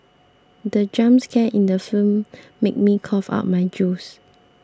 the jump scare in the film made me cough out my juice